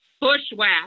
bushwhack